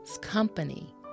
company